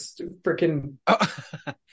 freaking